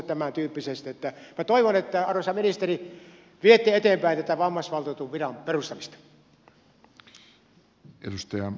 minä toivon arvoisa ministeri että viette eteenpäin tätä vammaisvaltuutetun viran perustamista